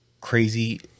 crazy